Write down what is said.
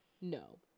No